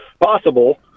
possible